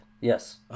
Yes